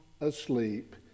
asleep